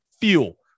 Fuel